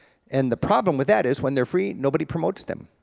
and the problem with that is when they're free, nobody promotes them.